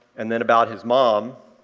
and then about his mom,